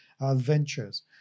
adventures